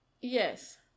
Yes